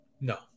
No